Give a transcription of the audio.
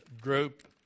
group